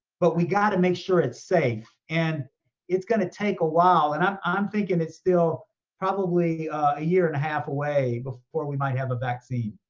but we gotta make sure it's safe and it's gonna take a while. and i'm i'm thinking it's still probably a year and a half away before we might have a vaccine.